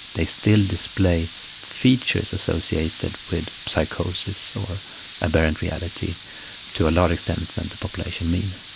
they still display features associated with psychosis or aberrant reality to a larger extent than the population mean.